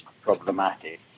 problematic